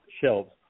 shelves